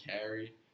carry